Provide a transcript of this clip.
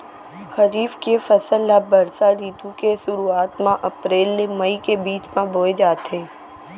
खरीफ के फसल ला बरसा रितु के सुरुवात मा अप्रेल ले मई के बीच मा बोए जाथे